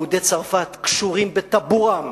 יהודי צרפת קשורים בטבורם